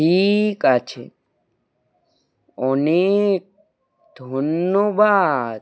ঠিক আছে অনেক ধন্যবাদ